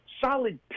solid